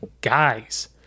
guys